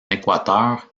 équateur